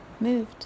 moved